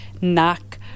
knack